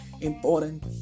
important